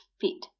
feet